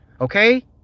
Okay